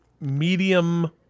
medium